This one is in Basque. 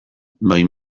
bai